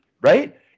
right